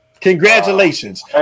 Congratulations